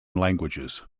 languages